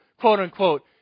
quote-unquote